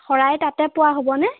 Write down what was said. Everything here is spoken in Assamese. শৰাই তাতে পোৱা হ'বনে